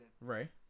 Right